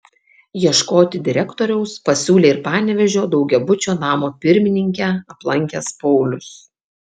ieškoti direktoriaus pasiūlė ir panevėžio daugiabučio namo pirmininkę aplankęs paulius